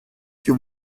più